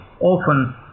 often